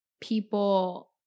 people